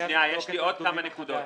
יש לי עוד כמה נקודות.